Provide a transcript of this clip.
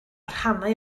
rhannau